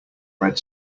red